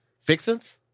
Fixin's